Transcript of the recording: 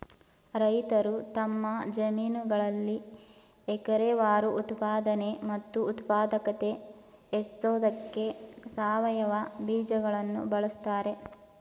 ರೈತರು ತಮ್ಮ ಜಮೀನುಗಳಲ್ಲಿ ಎಕರೆವಾರು ಉತ್ಪಾದನೆ ಮತ್ತು ಉತ್ಪಾದಕತೆ ಹೆಚ್ಸೋಕೆ ಸಾವಯವ ಬೀಜಗಳನ್ನು ಬಳಸ್ತಾರೆ